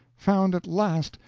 found at last!